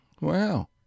Wow